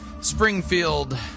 springfield